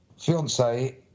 Fiance